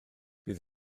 bydd